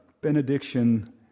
benediction